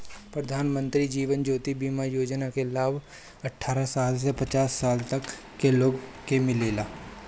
प्रधानमंत्री जीवन ज्योति बीमा योजना के लाभ अठारह साल से पचास साल तक के लोग के मिलेला